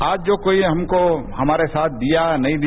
आज जो कोई हमको हमारा साथ दिया या नहीं दिया